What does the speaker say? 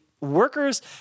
workers